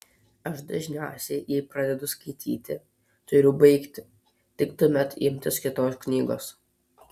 aš dažniausiai jei pradedu skaityti turiu baigti tik tuomet imtis kitos knygos